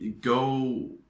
go